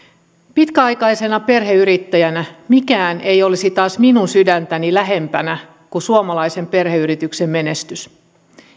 pitkäaikaisena perheyrittäjänä mikään ei olisi taas minun sydäntäni lähempänä kuin suomalaisen perheyrityksen menestys